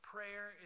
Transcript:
Prayer